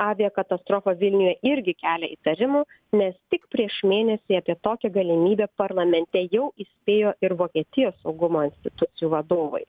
aviakatastrofa vilniuje irgi kelia įtarimų nes tik prieš mėnesį apie tokią galimybę parlamente jau įspėjo ir vokietijos saugumo institucijų vadovai